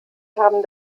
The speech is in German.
haben